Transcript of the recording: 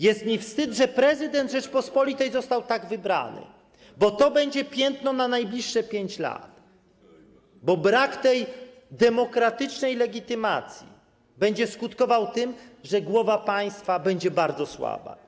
Jest mi wstyd, że prezydent Rzeczypospolitej został tak wybrany, bo to będzie piętno na najbliższe 5 lat, bo brak tej demokratycznej legitymacji będzie skutkował tym, że głowa państwa będzie bardzo słaba.